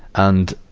and,